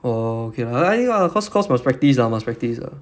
orh okay lah caus~ cause must practice ah must practice 的